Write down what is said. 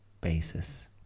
basis